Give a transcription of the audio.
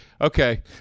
Okay